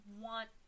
want